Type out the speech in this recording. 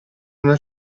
una